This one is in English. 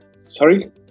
Sorry